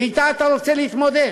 ואִתה אתה רוצה להתמודד.